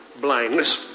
blindness